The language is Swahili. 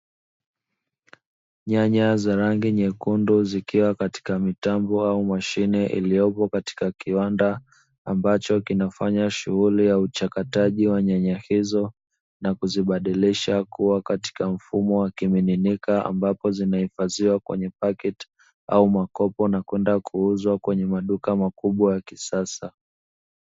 Nyanya za rangi nyekundu zikiwa katika mitambo au mashine iliyopo katika kiwanda, ambacho kinafanya shughuli ya uchakataji wa nyanya hizo na kuzibadilisha kuwa katika mfumo wa kimiminika ambapo zinahifahidhiwa kwenye paketi au makopo na kwenda kuuzwa kwenye makubwa ya kisasa.